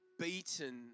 beaten